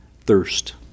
thirst